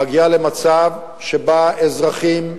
מגיעות למצב שבו אזרחים מבאר-שבע,